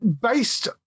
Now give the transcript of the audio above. based